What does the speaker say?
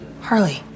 Harley